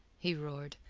he roared.